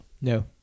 No